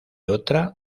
otra